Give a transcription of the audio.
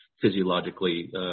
physiologically